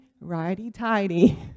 righty-tighty